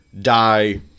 die